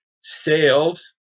sales